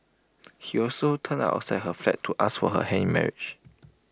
he also turned up outside her flat to ask for her hand in marriage